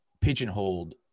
pigeonholed